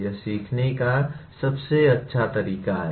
यह सीखने का सबसे अच्छा तरीका है